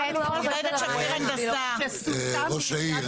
ראש העיר,